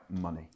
money